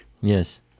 Yes